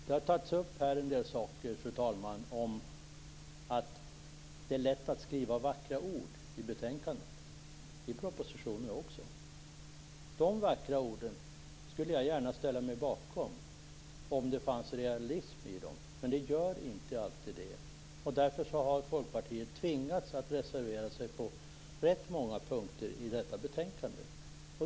Det har, fru talman, här sagts att det är lätt att skriva vackra ord i betänkanden. Det gäller också beträffande vackra ord i propositioner. Jag skulle gärna ställa mig bakom sådana vackra ord, om det fanns realism i dem, men det gör det inte alltid. Därför har Folkpartiet tvingats att reservera sig på rätt många punkter i detta betänkande.